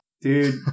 Dude